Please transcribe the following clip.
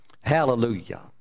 Hallelujah